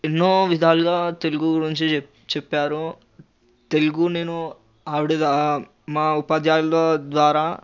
ఎన్నో విధాలుగా తెలుగు గురించి చెప్పారు తెలుగు నేను ఆవిడ మా ఉపాధ్యాయుల ద్వారా